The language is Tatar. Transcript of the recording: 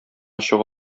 чыга